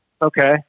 Okay